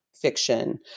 fiction